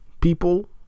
people